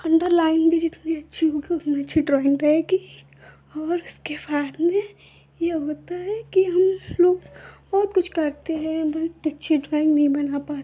underline भी जितनी अच्छी होगी उतनी अच्छी ड्रॉइन्ग रहेगी और उसके साथ में यह होता है कि हमलोग बहुत कुछ करते हैं बट अच्छी ड्रॉइन्ग नहीं बना पाते